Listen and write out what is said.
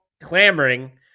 clamoring